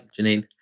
Janine